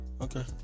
Okay